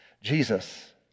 Jesus